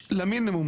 למינימום.